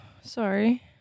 Sorry